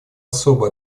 особо